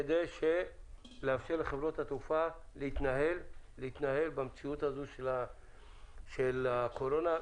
כדי לאפשר לחברות התעופה להתנהל במציאות של הקורונה.